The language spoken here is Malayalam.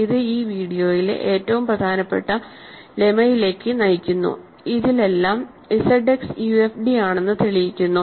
ഇത് ഈ വീഡിയോയിലെ ഏറ്റവും പ്രധാനപ്പെട്ട ലെമ്മയിലേക്ക് നയിക്കുന്നു ഇതിലെല്ലാം ZX യുഎഫ്ഡിയാണെന്ന് തെളിയിക്കുന്നു